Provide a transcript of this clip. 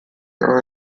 are